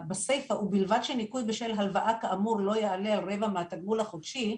בסיפא ובלבד שניכוי בשל הלוואה לא יעלה על רבע מהתגמול החודשי,